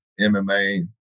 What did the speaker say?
MMA